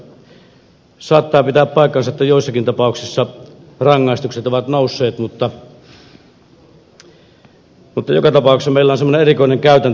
saattaa pitää paikkansa että joissakin tapauksissa rangaistukset ovat nousseet mutta joka tapauksessa meillä on sellainen erikoinen käytäntö